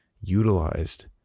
utilized